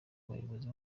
bayobozi